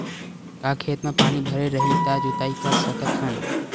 का खेत म पानी भरे रही त जोताई कर सकत हन?